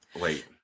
wait